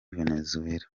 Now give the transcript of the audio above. venezuela